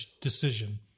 decision